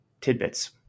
tidbits